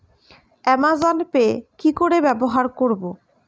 Amazon Pay কি করে ব্যবহার করব?